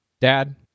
Dad